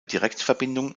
direktverbindung